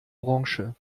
branche